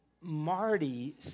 Marty